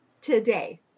today